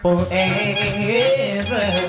Forever